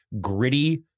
gritty